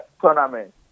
tournament